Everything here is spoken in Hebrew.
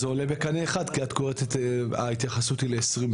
זה עולה בקנה אחד כי ההתייחסות שאת קוראת היא ל-2020,